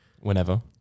Whenever